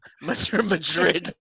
Madrid